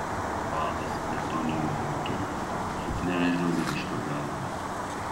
vadas betoniniu luitu suknežino vyriškio galvą